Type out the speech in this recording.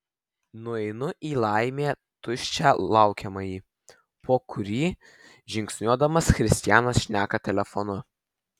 nueinu į laimė tuščią laukiamąjį po kurį žingsniuodamas kristianas šneka telefonu